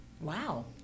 Wow